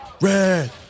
red